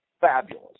fabulous